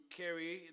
carry